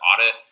audit